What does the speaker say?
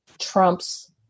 trumps